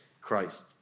Christ